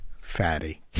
Fatty